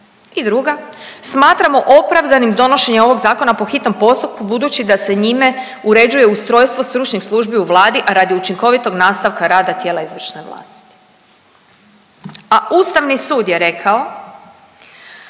i druga, smatramo opravdanim donošenje ovog zakona po hitnom postupku budući da se njime uređuje ustrojstvo stručnih službi u Vladi, a radi učinkovitog nastavka rada tijela izvršne vlasti. A Ustavni sud je rekao